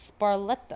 Sparletta